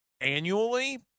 annually